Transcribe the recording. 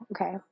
okay